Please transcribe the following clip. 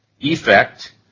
effect